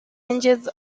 ranges